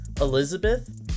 Elizabeth